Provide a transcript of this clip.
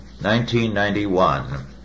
1991